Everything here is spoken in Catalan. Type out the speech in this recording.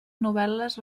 novel·les